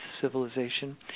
civilization